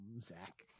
Zach